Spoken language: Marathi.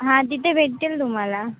हां तिथे भेटतील तुम्हाला